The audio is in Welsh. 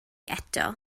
eto